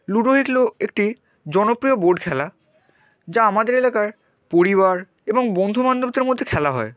ludo এগলো একটি জনপ্রিয় বোর্ড খেলা যা আমাদের এলাকার পরিবার এবং বন্ধুবান্ধবদের মধ্যে খেলা হয়